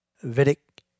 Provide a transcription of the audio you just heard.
Vedic